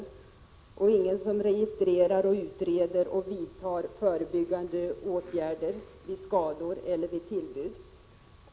De har ingen som registrerar, utreder och vidtar förebyggande åtgärder vid skador ellér tillbud.